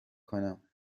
کنم